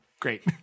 great